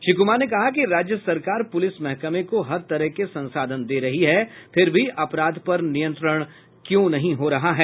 श्री क्मार ने कहा कि राज्य सरकार पुलिस महकमे को हर तरह के संसाधन दे रही है फिर भी अपराध पर नियंत्रण क्यों नहीं हो रहा है